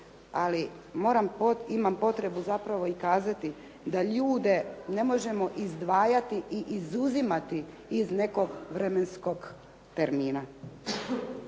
imam potrebu zapravo i kazati da ljude ne možemo izdvajati i izuzimati iz nekog vremenskog termina.